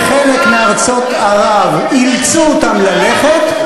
בחלק מארצות ערב אילצו אותם ללכת,